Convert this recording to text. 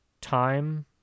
time